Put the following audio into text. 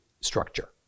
structure